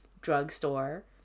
drugstore